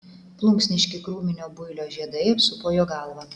plunksniški krūminio builio žiedai apsupo jo galvą